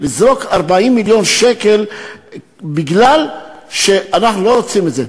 לזרוק 40 מיליון שקל בגלל שאנחנו לא רוצים את זה.